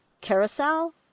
carousel